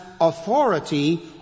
authority